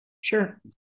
Sure